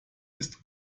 ist